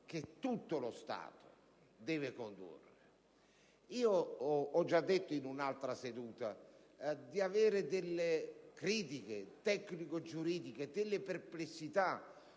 che tutto lo Stato deve condurre. Ho già detto in un'altra seduta di avere delle critiche tecnico-giuridiche, delle perplessità,